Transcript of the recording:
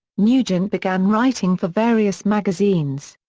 nugent began writing for various magazines.